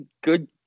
good